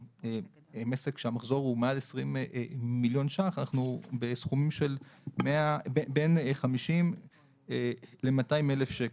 הם עסק עם מעל 20 מיליון שקלים ואנחנו בין 50 ל-200 אלף שקלים.